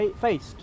faced